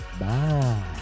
bye